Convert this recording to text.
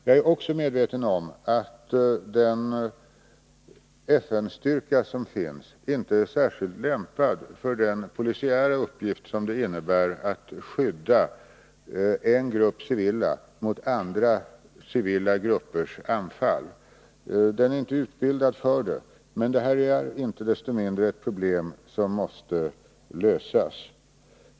Jag är också medveten om att den FN-styrka som finns inte är särskilt lämpad för den polisiära uppgift som det innebär att skydda en grupp civila mot andra civila gruppers anfall. Styrkan är inte utbildad för detta — det är dock ett problem som måste lösas.